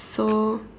so